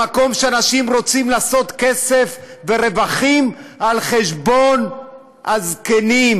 למקום שאנשים רוצים לעשות כסף ורווחים על חשבון הזקנים,